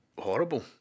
horrible